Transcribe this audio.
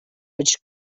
which